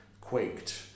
quaked